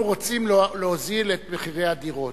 אנחנו רוצים להוריד את מחירי הדירות.